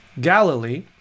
Galilee